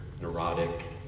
neurotic